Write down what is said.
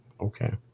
Okay